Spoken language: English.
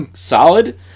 solid